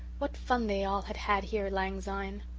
what fun they all had had here lang syne.